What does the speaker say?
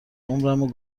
عمرمو